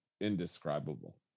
indescribable